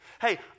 Hey